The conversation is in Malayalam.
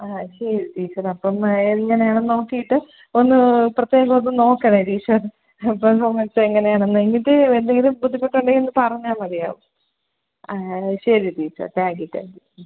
ആ ശരി ടീച്ചർ അപ്പം എങ്ങനെയാണെന്ന് നോക്കിയിട്ട് ഒന്ന് പ്രത്യേകം ഒന്ന് നോക്കണെ ടീച്ചർ അപ്പം മൊത്തം എങ്ങനെയാണെന്ന് എന്നിട്ട് എന്തെങ്കിലും ബുദ്ധിമുട്ടൊണ്ടെങ്കിലൊന്ന് പറഞ്ഞാൽ മതിയാവും ആ ശരി ടീച്ചർ താങ്ക്യൂ താങ്ക്യൂ മ്